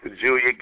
Julia